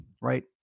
right